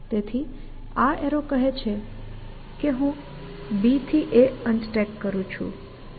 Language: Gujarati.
તેથી આ એર્રો કહે છે કે હું B થી A Unstack કરું છું